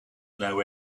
know